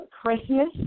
Christmas